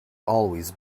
always